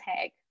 tag